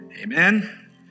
Amen